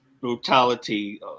brutality